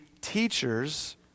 teachers